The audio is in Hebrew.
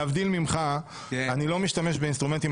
אני לא משתמש באינסטרומנטים,